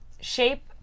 Shape